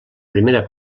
primera